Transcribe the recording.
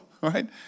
right